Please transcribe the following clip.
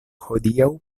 hodiaŭ